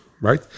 right